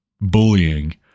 bullying